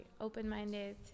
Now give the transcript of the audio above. open-minded